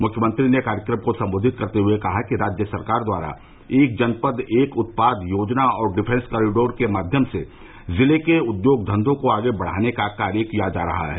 मुख्यमंत्री ने कार्यक्रम को सम्बोधित करते हुए कहा कि राज्य सरकार द्वारा एक जनपद एक उत्पाद योजना और डिफॅस कॉरिडोर के माध्यम से ज़िले के उद्योग धंघों को आगे बढ़ाने का कार्य किया जा रहा है